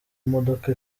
modoka